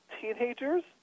Teenagers